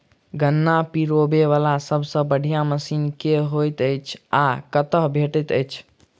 गन्ना पिरोबै वला सबसँ बढ़िया मशीन केँ होइत अछि आ कतह भेटति अछि?